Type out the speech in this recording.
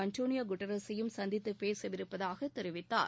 Antonio குட்ரஸையும் சந்தித்து பேசவிருப்பதாக தெரிவித்தார்